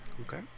Okay